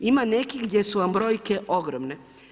Ima nekih gdje su vam brojke ogromne.